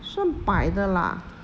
算百的 lah